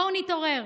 בואו נתעורר.